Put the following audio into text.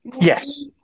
Yes